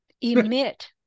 emit